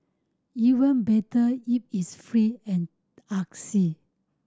even better if it's free and artsy